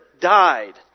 died